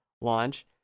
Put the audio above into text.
launch